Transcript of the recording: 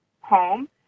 home